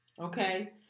Okay